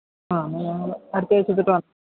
ആ എന്നാൽ ഞങ്ങൾ അടുത്ത ആഴ്ച്ച തൊട്ട്